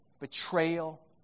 betrayal